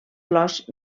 flors